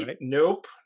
Nope